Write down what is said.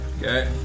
Okay